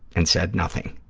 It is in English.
and said nothing.